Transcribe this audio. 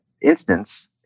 instance